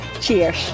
cheers